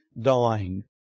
dying